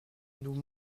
nous